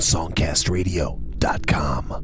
SongcastRadio.com